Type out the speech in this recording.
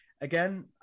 again